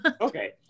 Okay